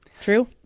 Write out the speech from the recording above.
True